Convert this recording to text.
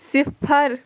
صِفر